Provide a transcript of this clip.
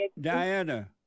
Diana